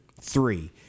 Three